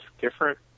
different